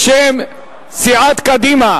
בשם סיעת קדימה